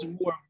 more